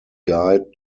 guide